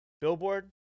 Billboard